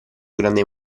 grande